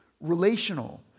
relational